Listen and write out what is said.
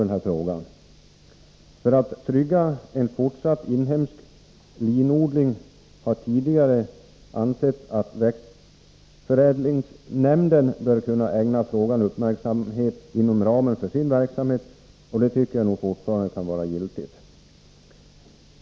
Det har tidigare ansetts att ett sätt att trygga en fortsatt inhemsk linodling kan vara att växtförädlingsnämnden ägnar frågan uppmärksamhet inom ramen för sin verksamhet. Det kan fortfarande anses giltigt.